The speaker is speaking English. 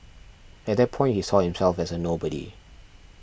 at that point he saw himself as a nobody